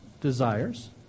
desires